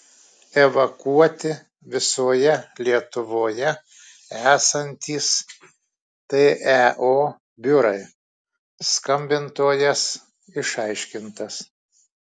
evakuoti visoje lietuvoje esantys teo biurai skambintojas išaiškintas